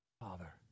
Father